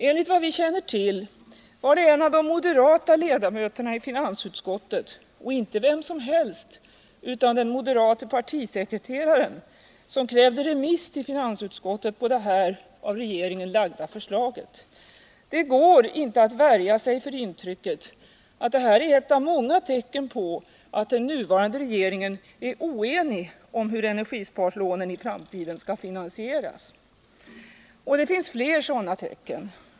Enligt vad vi känner till var det en av de moderata ledamöterna i finansutskottet — inte vem som helst, utan den moderate partisekreteraren — som krävde remiss till finansutskottet av detta regeringsförslag. Det går inte att värja sig för intrycket att detta är ett av många tecken på att den nuvarande regeringen är oenig om hur energisparlånen i framtiden skall finansieras. Det finns fler sådana tecken.